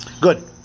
Good